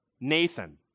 Nathan